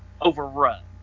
overrun